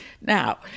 Now